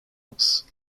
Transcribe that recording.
else